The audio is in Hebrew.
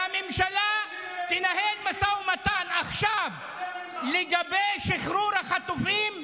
שהממשלה תנהל משא ומתן עכשיו לגבי שחרור החטופים,